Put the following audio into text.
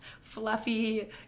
fluffy